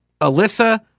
Alyssa